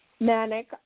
manic